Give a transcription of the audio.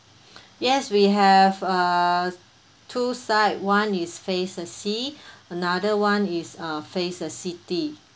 yes we have uh two side one is face the sea another one is uh face the city